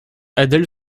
adèle